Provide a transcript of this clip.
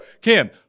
Kim